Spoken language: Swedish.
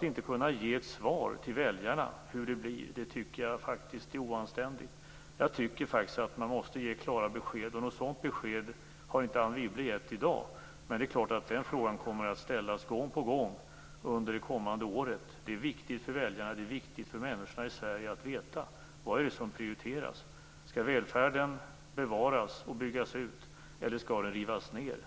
inte kunna ge svar till väljarna om hur det blir är oanständigt. Man måste ge klara besked, och något sådant besked har Anne Wibble inte gett i dag. Den frågan kommer självfallet att ställas gång på gång under det kommande året. Det är viktigt för väljarna och för människorna i Sverige att veta vad det är som prioriteras. Skall välfärden bevaras och byggas ut, eller skall den rivas ned?